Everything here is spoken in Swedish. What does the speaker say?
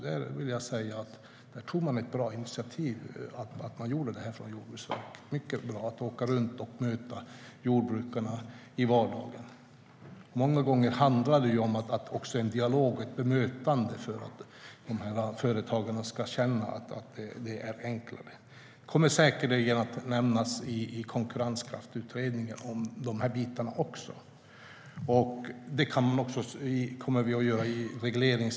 Det var ett mycket bra initiativ som Jordbruksverket tog när man åkte runt och mötte jordbrukarna i vardagen. Många gånger handlar det om en dialog och ett bemötande för att dessa företagare ska känna att det är enklare. De här bitarna kommer säkert att nämnas i Konkurrenskraftsutredningen och givetvis också i regleringsbrev till myndigheterna.